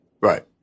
Right